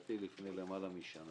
"מלט הר-טוב" לפני למעלה משנה.